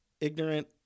ignorant